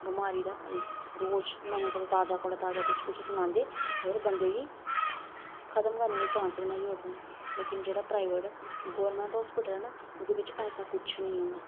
बमारी दा रोज नमें कोला ताजे कोला ताजा कुछ कुछ सनांदे होर बंदे गी खत्म करने दे चांस बनाई ओड़दे न लेकिन जेह्ड़ा प्राइवेट गौरमेंट हॉस्पिटल ऐ ना ओह्दे बिच ऐसा कुछ निं होंदा